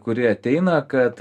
kuri ateina kad